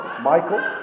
Michael